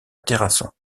terrasson